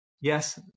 Yes